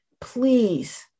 please